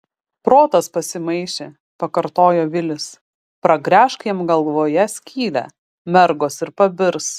protas pasimaišė pakartojo vilis pragręžk jam galvoje skylę mergos ir pabirs